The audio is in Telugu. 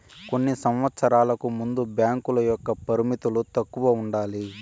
కొన్ని సంవచ్చరాలకు ముందు బ్యాంకుల యొక్క పరిమితులు తక్కువ ఉండాలి